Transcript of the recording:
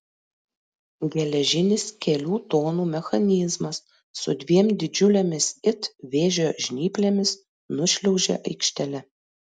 geležinis kelių tonų mechanizmas su dviem didžiulėmis it vėžio žnyplėmis nušliaužė aikštele